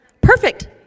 Perfect